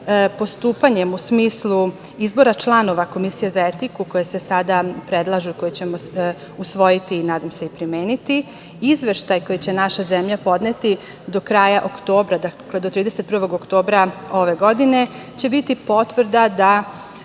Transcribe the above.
postupanjem u smislu izbora članova Komisije za etiku koja se sada predlaže, koji ćemo usvojiti i, nadam se, primeniti, Izveštaj koji će naša zemlja podneti do kraja oktobra, dakle, do 31. oktobra ove godine, će biti potvrda da